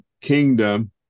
kingdom